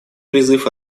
призыв